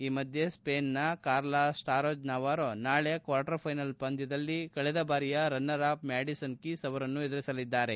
ಈ ಮಧ್ಯೆ ಸ್ಪೇನ್ ನ ಕಾರ್ಲಾ ಸ್ವಾರೇಜ್ ನವಾರೊ ನಾಳೆ ಕ್ವಾರ್ಟರ್ ಫೈನಲ್ ಪಂದ್ಯದಲ್ಲಿ ಕಳೆದ ಬಾರಿಯ ರನ್ನರ್ ಅಪ್ ಮ್ಯಾಡಿಸನ್ ಕೀಸ್ ಅವರನ್ನು ಎದುರಿಸಲಿದ್ದಾರೆ